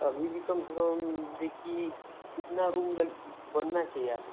अभी भी कम से कम देखिए कितना रूम लग बनना चाहिए आपको